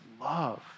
love